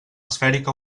esfèrica